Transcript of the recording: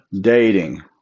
dating